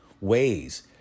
ways